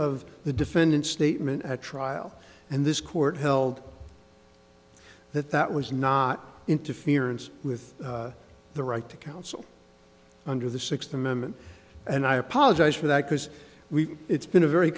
of the defendant's statement at trial and this court held that that was not interference with the right to counsel under the sixth amendment and i apologize for that because we it's been a very